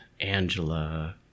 Angela